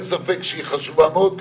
אין ספק שהיא חשובה מאוד,